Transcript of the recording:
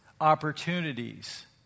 opportunities